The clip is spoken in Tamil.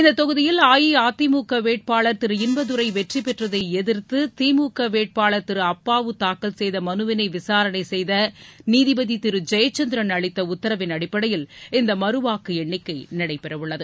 இந்த தொகுதியில் அஇஅதிமுக வேட்பாளர் திரு இன்பதுரை வெற்றிபெற்றதை எதிர்த்து திமுக வேட்பாளர் திரு அப்பாவு தாக்கல் செய்த மனுவினை விசாரணை செய்த நீதிபதி திரு ஜெயசந்திரன் அளித்த உத்தரவின் அடிப்படையில் இந்த மறுவாக்கு எண்ணிக்கை நடைபெறவுள்ளது